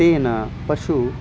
तेन पशुः